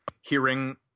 hearing